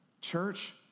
church